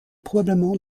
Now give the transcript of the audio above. probablement